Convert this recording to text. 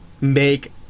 make